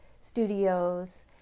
studios